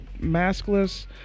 maskless